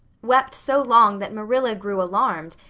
wept so long that marilla grew alarmed,